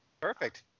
Perfect